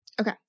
Okay